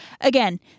again